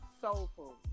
Soulful